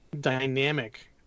dynamic